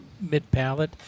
mid-palate